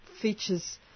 features